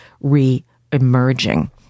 re-emerging